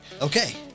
Okay